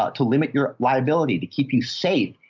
ah to limit your liability, to keep you safe.